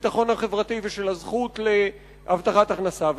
הביטחון החברתי ושל הזכות להבטחת הכנסה.